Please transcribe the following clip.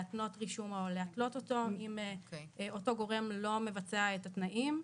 להתנות רישום או להתלות אותו אם אותו גורם לא מבצע את התנאים.